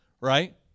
right